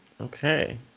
Okay